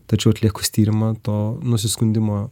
tačiau atliekus tyrimą to nusiskundimo